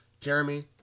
Jeremy